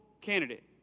candidate